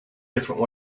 different